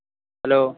hello